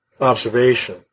observation